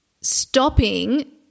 stopping